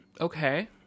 Okay